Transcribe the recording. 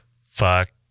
Fuck